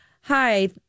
hi